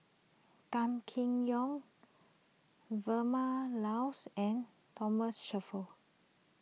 Gan Kim Yong Vilma Laus and Thomas Shelford